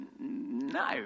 no